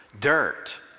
dirt